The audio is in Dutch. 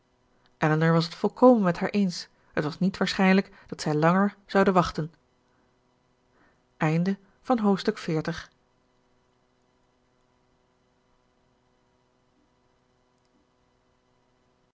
elinor was het volkomen met haar eens het was niet waarschijnlijk dat zij langer zouden wachten hoofdstuk